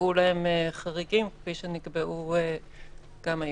שייקבעו לו חריגים, כפי שנקבע גם היום.